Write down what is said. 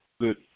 good